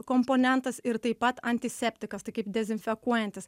komponentas ir taip pat antiseptikas taip kaip dezinfekuojantis